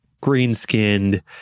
Green-skinned